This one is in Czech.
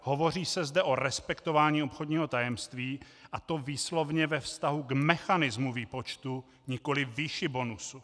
Hovoří se zde o respektování obchodního tajemství, a to výslovně ve vztahu k mechanismu výpočtu, nikoliv výši bonusu.